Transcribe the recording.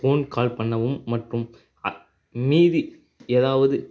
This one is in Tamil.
ஃபோன் கால் பண்ணவும் மற்றும் அ மீதி ஏதாவது